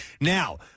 Now